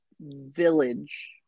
Village